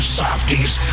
softies